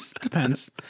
depends